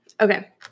Okay